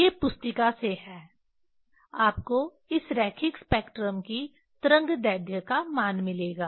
ये पुस्तिका से हैं आपको इस रेखिक स्पेक्ट्रम की तरंगदैर्ध्य का मान मिलेगा